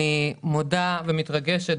אני מודה ומתרגשת.